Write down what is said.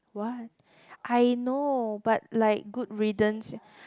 what I know but like good riddance